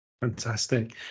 Fantastic